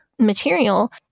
material